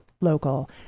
local